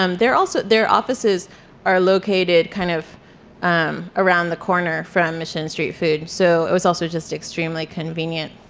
um they're also, their offices are located kind of um around the corner from mission street food, so it was also just extremely convenient.